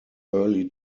early